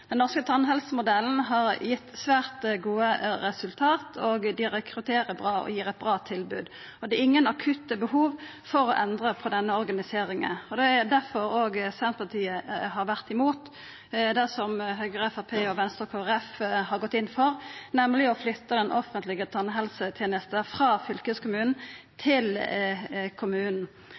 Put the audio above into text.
Den norske tannhelsemodellen har gitt svært gode resultat, ein rekrutterer bra og gjev eit bra tilbod, og det er ingen akutte behov for å endra på denne organiseringa. Det er òg derfor Senterpartiet har vore imot det som Høgre, Framstegspartiet, Venstre og Kristeleg Folkeparti har gått inn for, nemlig å flytta den offentlege tannhelsetenesta frå fylkeskommunen til kommunen.